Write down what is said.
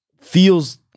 feels